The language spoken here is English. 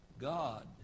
God